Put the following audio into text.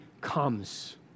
comes